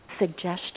suggestion